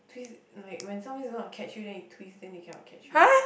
twist when somebody's gonna catch you and then you twist then they cannot catch you